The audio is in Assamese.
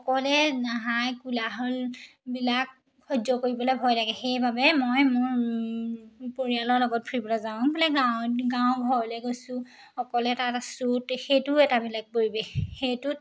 অকলে হাই কোলাহলবিলাক সহ্য কৰিবলে ভয় লাগে সেইবাবে মই মোৰ পৰিয়ালৰ লগত ফুৰিবলে যাওঁ বোলে গাঁৱত গাঁৱৰ ঘৰলে গৈছোঁ অকলে তাত আছোঁ সেইটোও এটা বেলেগ পৰিৱেশ সেইটোত